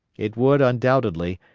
it would, undoubtedly,